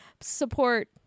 Support